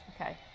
Okay